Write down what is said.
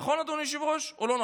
נכון, אדוני היושב-ראש, או לא נכון?